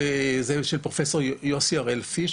וזה של פרופסור יוסי הראל-פיש,